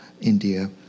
India